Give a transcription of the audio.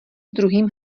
druhým